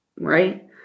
right